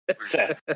set